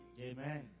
Amen